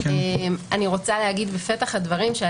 בבקשה.